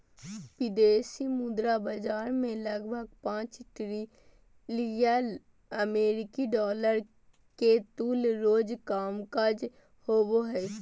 विदेशी मुद्रा बाजार मे लगभग पांच ट्रिलियन अमेरिकी डॉलर के तुल्य रोज कामकाज होवो हय